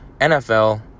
NFL